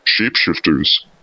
shapeshifters